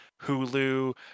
Hulu